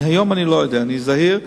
היום אני לא יודע, אני זהיר.